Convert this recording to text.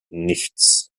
nichts